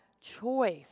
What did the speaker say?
choice